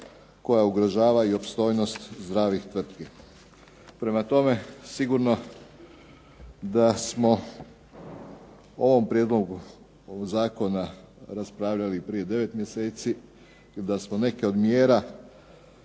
koja ugrožava opstojnost zdravih tvrtki. Prema tome, sigurno da smo o ovom Prijedlogu zakona raspravljali prije devet mjeseci, da smo neke od mjera